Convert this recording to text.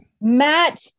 Matt